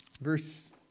verse